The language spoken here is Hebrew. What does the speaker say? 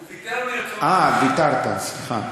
אני לא חבר כנסת.